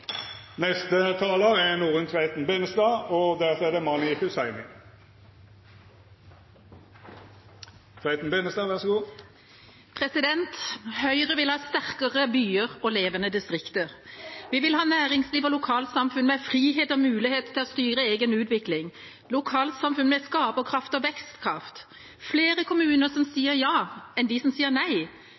Høyre vil ha sterkere byer og levende distrikter. Vi vil ha næringsliv og lokalsamfunn med frihet og mulighet til å styre egen utvikling, lokalsamfunn med skaperkraft og vekstkraft, flere kommuner som sier ja, enn de som sier nei,